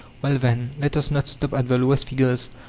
well, then, let us not stop at the lowest figures,